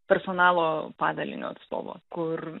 personalo padalinio atstovo kur